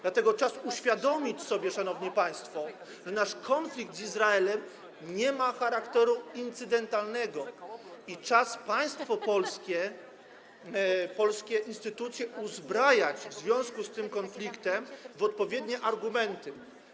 Dlatego czas uświadomić sobie, szanowni państwo, że nasz konflikt z Izraelem nie ma charakteru incydentalnego, i czas państwo polskie, polskie instytucje uzbrajać w związku z tym konfliktem w odpowiednie argumenty.